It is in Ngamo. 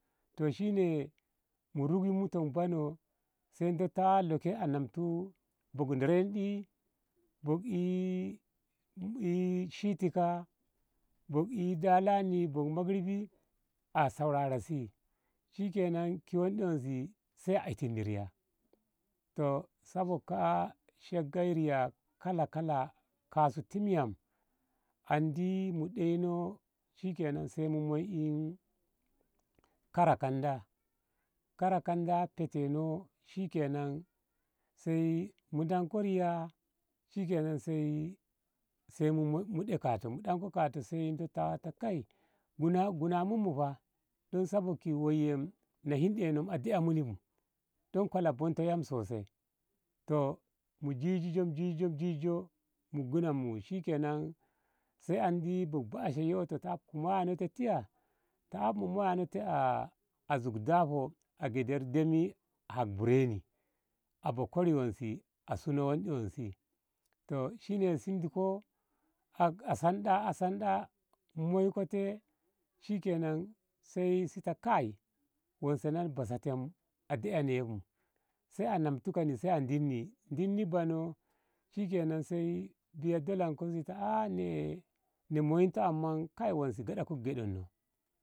Toh shine mu rugunmi ton banoh sai dottawa lo ke a namtu bokrondi bok e e shutika bok e dala ni bok magirbi a saurara si shikena ki wonde woi sai a itin riya toh sabok ka. a sheggeriya kala kala kasu tim yam andi mu ɗeino shikenan sai mu moyi karakanda karakanda heteno shikenan sai mu danko riya shikenan sai mu ɗe kato mu ɗe kato e sai dottawa ta kai gunaninmu fa don sabok woi na hinɗe no a de. a muni bu don kola bonto yam sosai toh mu jijijo mu jijijo mu gunanmu shikenan sai andi bobasha yoto ta af ku moya no te tiyo ta af mu moya no te a zug daho a gyeder demi a haf bureni abo kori wonse a suno wonde wonse toh shine shi diko a sanɗa a sanɗa moiko te shikenan sai shi ta kai wonse na ni basa te a de. a ne bu sai a namti kanni a dinni dinni banoh shikenan sai biya dalonko si ta a ne moyinto amma wonse gaɗatko gyaɗonno.